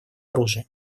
оружия